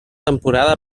temporada